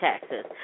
taxes